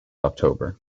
october